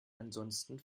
ansonsten